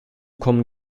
kommen